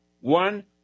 one